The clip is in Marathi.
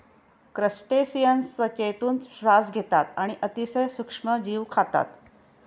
क्रस्टेसिअन्स त्वचेतून श्वास घेतात आणि अतिशय सूक्ष्म जीव खातात